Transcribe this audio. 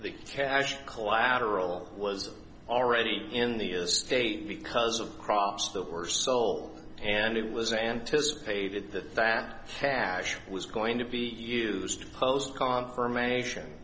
the cash collateral was already in the state because of crops that were sold and it was anticipated that that harish was going to be used to post confirmation